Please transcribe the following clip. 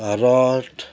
rod